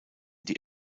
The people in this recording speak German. die